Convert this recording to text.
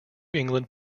england